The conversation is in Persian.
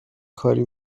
کاری